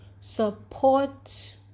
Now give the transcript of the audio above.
support